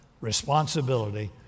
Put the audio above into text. responsibility